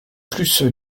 plus